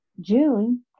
June